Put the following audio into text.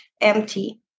empty